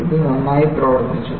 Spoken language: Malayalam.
ഇത് നന്നായി പ്രവർത്തിച്ചു